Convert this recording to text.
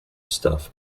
stuff